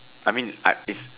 I mean I if